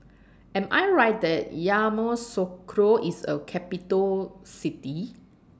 Am I Right that Yamoussoukro IS A Capital City